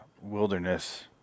Wilderness